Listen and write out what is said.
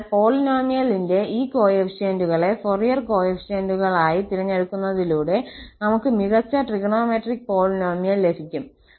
അതിനാൽ പോളിനോമിയലിന്റെ ഈ കോഎഫിഷ്യന്റുകളെ ഫോറിയർ കോഫിഫിഷ്യന്റുകളായി തിരഞ്ഞെടുക്കുന്നതിലൂടെ നമുക്ക് മികച്ച ട്രിഗണോമെട്രിക് പോളിനോമിയൽ ലഭിക്കും